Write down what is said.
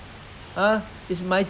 they don't want to play anymore